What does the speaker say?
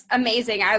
amazing